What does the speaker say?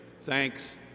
Thanks